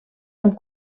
amb